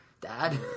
Dad